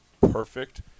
perfect